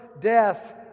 death